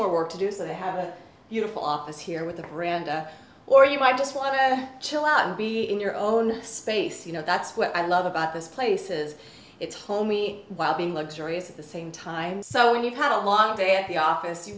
more work to do so i have a beautiful office here with the brand or you might just want to chill out and be in your own space you know that's what i love about this places it's home we while being luxurious at the same time so when you've had a long day at the office you